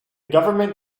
government